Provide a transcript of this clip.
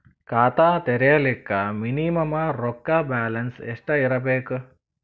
ಖಾತಾ ತೇರಿಲಿಕ ಮಿನಿಮಮ ರೊಕ್ಕ ಬ್ಯಾಲೆನ್ಸ್ ಎಷ್ಟ ಇರಬೇಕು?